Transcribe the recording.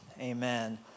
Amen